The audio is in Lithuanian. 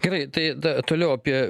gerai tai ta toliau apie